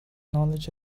knowledge